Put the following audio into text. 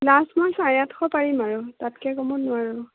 last মই চাৰে আঠশ পাৰিম আৰু তাতকৈ কমত নোৱাৰো